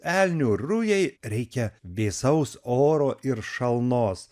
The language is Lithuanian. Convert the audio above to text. elnių rujai reikia vėsaus oro ir šalnos